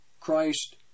Christ